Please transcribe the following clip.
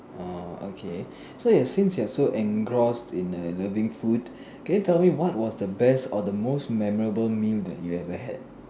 orh okay so you since you're so engrossed in err loving food can you tell me about what was your best or the most memorable food you ever had